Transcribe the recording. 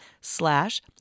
slash